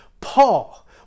Paul